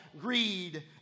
greed